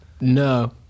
No